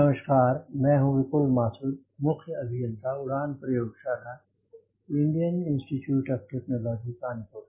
नमस्कार मैं हूं विपुल माथुर मुख्य अभियंता उड़ान प्रयोगशाला Indian Institute of Technology Kanpur